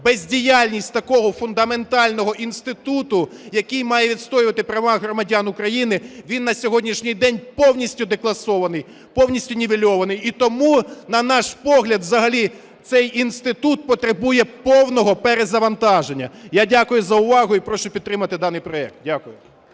бездіяльність такого фундаментального інституту, який має відстоювати права громадян України, він на сьогоднішній день повністю декласований, повністю нівельований. І тому, на наш погляд, взагалі цей інститут потребує повного перезавантаження. Я дякую за увагу і прошу підтримати даний проект. Дякую.